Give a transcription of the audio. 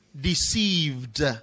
deceived